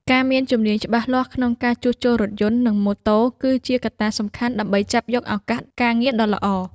ការមានជំនាញច្បាស់លាស់ក្នុងការជួសជុលរថយន្តនិងម៉ូតូគឺជាកត្តាសំខាន់ដើម្បីចាប់យកឱកាសការងារដ៏ល្អ។